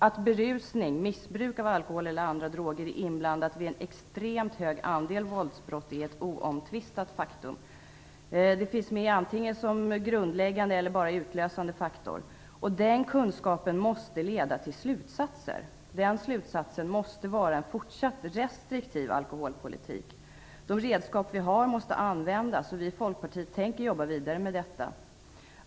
Att berusning, missbruk av alkohol eller andra droger, förekommer vid en extremt hög andel av våldsbrotten är ett oomtvistat faktum. Berusningen finns med antingen som grundläggande eller bara som utlösande faktor. Den kunskapen måste leda till en slutsats. Den slutsatsen måste vara att det skall föras en fortsatt restriktiv alkoholpolitik. De redskap som vi har måste användas, och vi i Folkpartiet tänker jobba vidare med detta.